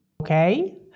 okay